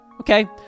Okay